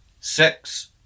Six